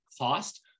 cost